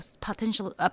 potentially